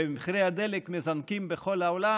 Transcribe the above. ומחירי הדלק מזנקים בכל העולם.